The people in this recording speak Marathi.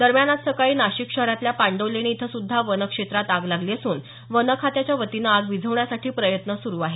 दरम्यान आज सकाळी नाशिक शहरातल्या पांडवलेणी इथं सुद्धा वन क्षेत्रात आग लागली असून वन खात्याच्या वतीने आग विझवण्यासाठी प्रयत्न सुरू आहेत